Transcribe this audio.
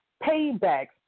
paybacks